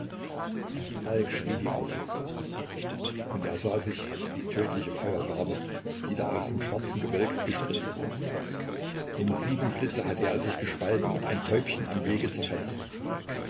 falk schrie die worte und er sah sich als die tödliche feuergarbe die da aus dem schwarzen gewölk gespritzt war in sieben blitze hatte er sich gespalten und ein täubchen am wege zerfetzt